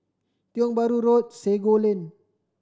Tiong Bahru Road Sago Lane